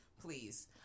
please